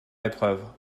épreuve